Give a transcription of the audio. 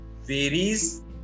varies